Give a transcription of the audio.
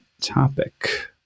topic